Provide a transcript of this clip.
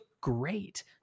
great